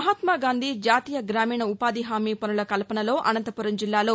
మహాత్నాగాంధీ జాతీయ గ్రామీణ ఉపాధి హామీ పనుల కల్పనలో అనంతపురం జిల్లాలో